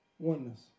oneness